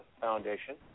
Foundation